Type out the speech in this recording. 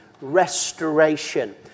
restoration